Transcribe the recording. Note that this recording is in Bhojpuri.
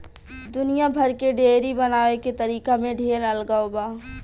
दुनिया भर के डेयरी बनावे के तरीका में ढेर अलगाव बा